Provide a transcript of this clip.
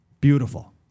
Beautiful